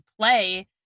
play